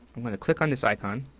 i'm going to click on this icon.